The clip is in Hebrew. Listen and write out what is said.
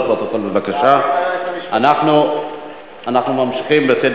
הצבעתי שלא במקום שלי, לא שמתי לב.